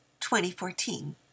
2014